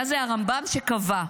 היה זה הרמב"ם שקבע: